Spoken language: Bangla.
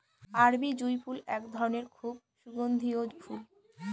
আরবি জুঁই ফুল এক ধরনের খুব সুগন্ধিও ফুল